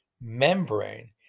membrane